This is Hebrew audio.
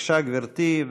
בבקשה גברתי,